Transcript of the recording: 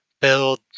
build